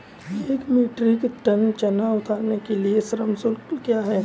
एक metric ton चना उतारने के लिए श्रम शुल्क क्या है?